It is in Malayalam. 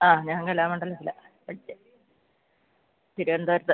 ആ ഞാൻ കലാമണ്ഡലത്തിലാണ് പഠിച്ചത് തിരുവനന്തപുരത്ത്